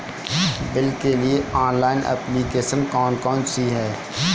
Bill के लिए online application कौन कौन सी हैं?